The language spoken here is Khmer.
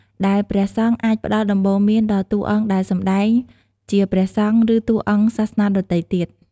ដែលព្រះសង្ឃអាច ផ្ដល់ដំបូន្មានដល់តួអង្គដែលសម្ដែងជាព្រះសង្ឃ ឬតួអង្គសាសនាដទៃទៀត។